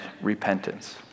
repentance